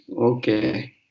Okay